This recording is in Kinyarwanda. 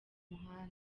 muhanda